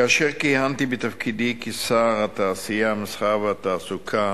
כאשר כיהנתי בתפקיד שר התעשייה, המסחר והתעסוקה